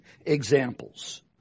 examples